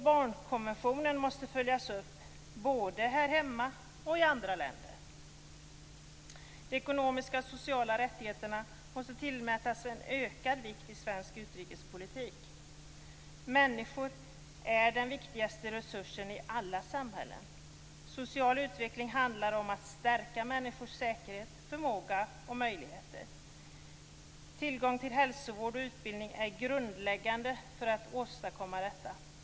Barnkonventionen måste följas upp, både här hemma och i andra länder. De ekonomiska och sociala rättigheterna måste tillmätas en ökad vikt i svensk utrikespolitik. Människor är den viktigaste resursen i alla samhällen. Social utveckling handlar om att stärka människors säkerhet, förmåga och möjligheter. Tillgång till hälsovård och utbildning är grundläggande för att åstadkomma detta.